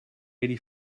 eighty